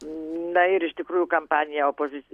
na ir iš tikrųjų kampanija opozici